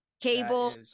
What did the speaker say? cable